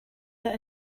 that